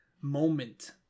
moment